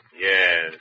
Yes